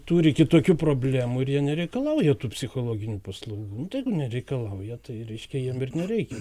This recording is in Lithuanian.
turi kitokių problemų ir jie nereikalauja tų psichologinių paslaugų nu tai jeigu nereikalauja tai reiškia jiem ir nereikia